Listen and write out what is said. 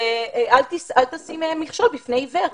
זה בבחינת אל תשים מכשול בפני עיוור.